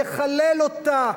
יחלל אותה,